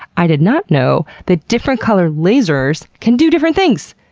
i did not know that different colored lasers can do different things.